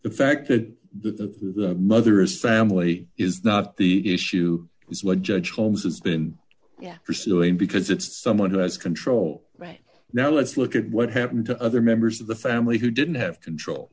the fact that the mother is family is not the issue is what judge holmes has been pursuing because it's someone who has control right now let's look at what happened to other members of the family who didn't have control